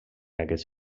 aquest